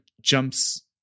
jumps